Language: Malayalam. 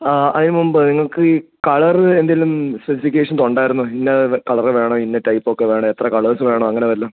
ആ അതിന് മുമ്പ് നിങ്ങൾക്ക് ഈ കളറ് എന്തെങ്കിലും സ്പെസിഫിക്കേഷൻസ് ഉണ്ടായിരുന്നോ ഇന്ന കളറ് വേണം ഇന്ന ടൈപ്പൊക്കെ വേണം എത്ര കളേഴ്സ് വേണം അങ്ങനെ വല്ലതും